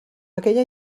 aquella